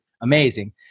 amazing